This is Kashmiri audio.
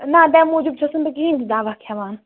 نہَ تَمہِ موٗجوٗب چھُس نہٕ بہٕ کِہیٖنٛۍ تہِ دوا کھٮ۪وان